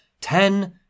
Ten